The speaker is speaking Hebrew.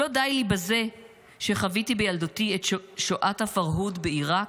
לא די לי בזה שחוויתי בילדותי את שואת הפרהוד בעיראק?